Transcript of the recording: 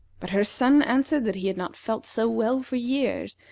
but her son answered that he had not felt so well for years,